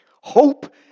Hope